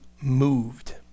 moved